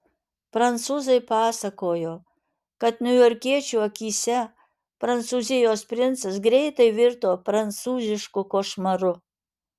prancūzai pasakojo kad niujorkiečių akyse prancūzijos princas greitai virto prancūzišku košmaru